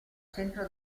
centro